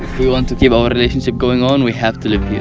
we want to keep our relationship going on, we have to live here.